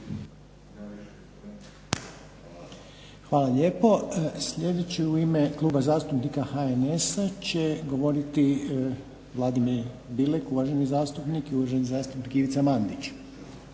Hvala lijepo. Sljedeći u ime Kluba zastupnika HNS-a će govoriti Vladimir Bilek uvaženi zastupnik i uvaženi zastupnik Ivica Mandić.